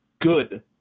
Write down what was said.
good